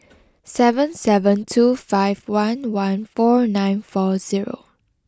seven seven two five one one four nine four zero